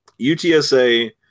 UTSA